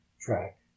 track